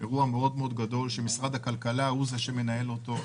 לאירוע מאוד מאוד גדול שמשרד הכלכלה מנהל אותו.